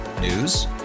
News